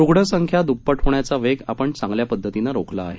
रुग्णसंख्या दुप्पट होण्याचा वेग आपण चांगल्या पद्धतीने रोखला आहे